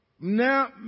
Now